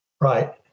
Right